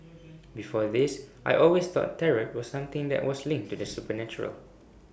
before this I always thought tarot was something that was linked to the supernatural